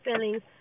feelings